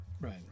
Right